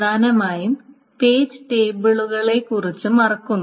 പ്രധാനമായും പേജ് ടേബിളുകളെക്കുറിച്ച് മറക്കുന്നു